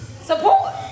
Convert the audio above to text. Support